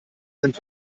sind